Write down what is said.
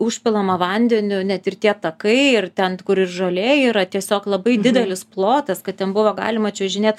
užpilama vandeniu net ir tie takai ir ten kur žolė yra tiesiog labai didelis plotas kad ten buvo galima čiuožinėt